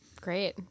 Great